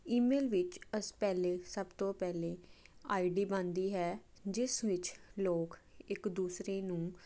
email ਵਿੱਚ ਅਸੀਂ ਪਹਿਲੇ ਸਭ ਤੋਂ ਪਹਿਲੇ ਆਈ ਡੀ ਬਣਦੀ ਹੈ ਜਿਸ ਵਿੱਚ ਲੋਕ ਇੱਕ ਦੂਸਰੇ ਨੂੰ